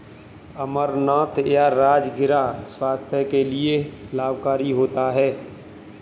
अमरनाथ या राजगिरा स्वास्थ्य के लिए लाभकारी होता है